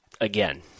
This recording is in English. Again